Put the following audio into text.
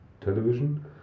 television